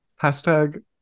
Hashtag